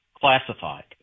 classified